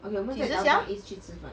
几时 sia